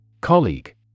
Colleague